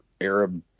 Arab